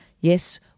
Yes